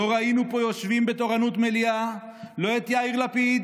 לא ראינו פה יושבים בתורנות מליאה לא את יאיר לפיד